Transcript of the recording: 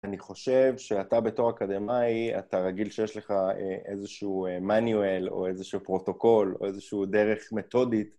אני חושב שאתה בתור אקדמאי, אתה רגיל שיש לך איזשהו Manual או איזשהו פרוטוקול או איזשהו דרך מתודית.